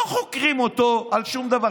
לא חוקרים אותו על שום דבר.